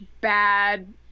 bad